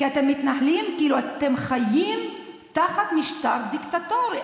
כי אתם מתנהלים כאילו אתם חיים תחת משטר דיקטטורי.